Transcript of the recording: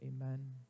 Amen